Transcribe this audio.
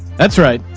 that's right.